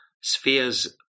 spheres